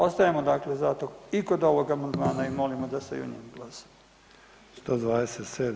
Ostajemo dakle zato i kod ovog amandmana i molimo da se i o njemu glasa.